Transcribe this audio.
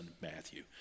Matthew